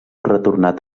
retornat